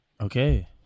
Okay